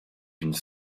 une